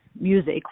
music